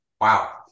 Wow